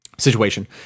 Situation